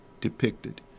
depicted